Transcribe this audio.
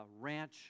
ranch